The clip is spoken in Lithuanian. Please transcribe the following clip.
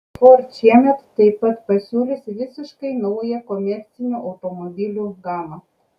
ford šiemet taip pat pasiūlys visiškai naują komercinių automobilių gamą